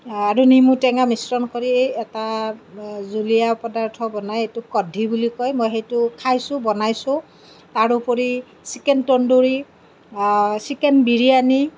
আৰু নেমু টেঙা মিশ্ৰণ কৰি এটা জুলীয়া পদাৰ্থ বনাই এইটোক কদধি বুলি কয় মই এইটো খাইছোঁ বনাইছোঁ তাৰোপৰি চিকেন টণ্ডোৰী চিকেন বিৰিয়ানি